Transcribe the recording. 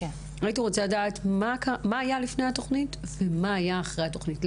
הייתי רוצה לדעת מה היה לפני התוכנית ומה היה אחרי התוכנית,